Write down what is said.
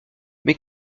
mais